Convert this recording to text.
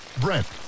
Brent